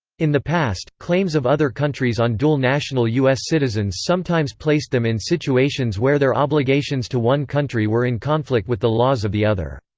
in the past, claims of other countries on dual-national u s. citizens sometimes placed them in situations where their obligations to one country were in conflict with the laws of the other.